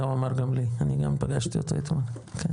זה הוא אמר גם לי אני גם פגשתי אותו אתמול כן,